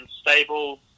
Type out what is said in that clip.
stable